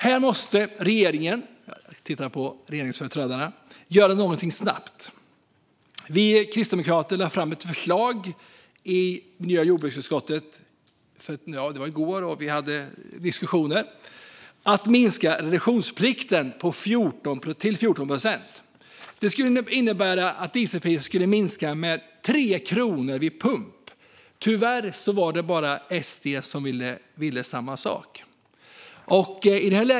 Här måste regeringen - jag tittar på företrädarna för regeringspartiet - göra någonting snabbt. Vi kristdemokrater lade fram ett förslag i miljö och jordbruksutskottet i går, som vi då också diskuterade, om att minska reduktionsplikten till 14 procent. Det skulle innebära att dieselpriset skulle minska med 3 kronor vid pump. Tyvärr var det bara SD som ville samma sak.